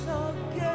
again